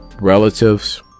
Relatives